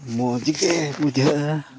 ᱢᱚᱡᱽ ᱜᱮ ᱵᱩᱡᱷᱟᱹᱜᱼᱟ